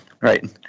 Right